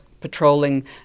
patrolling